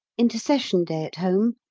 intercession day at home.